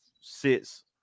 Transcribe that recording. sits